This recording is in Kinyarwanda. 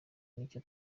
nicyo